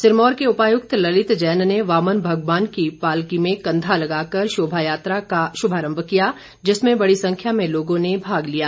सिरमौर के उपायुक्त ललित जैन ने वामन भगवान की पालकी में कंधा लगाकर शोभा यात्रा का शुभारम्भ किया जिसमे बड़ी संख्या में लोगों ने भाग लिया